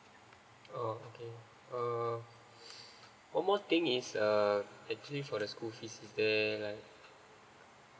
oh okay uh one more thing is err actually for the school fees is there like